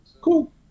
cool